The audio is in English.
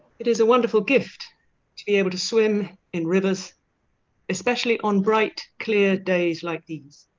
it is a wonderful gift to be able to swim in rivers especially on bright clear days like these